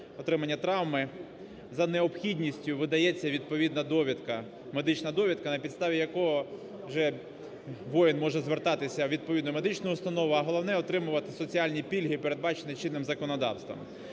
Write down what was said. за необхідністю видається відповідна довідка, медична довідка, на підставі якої вже воїн може звертатись у відповідну медичну установу, а головне – отримувати соціальні пільги, передбачені чинним законодавством.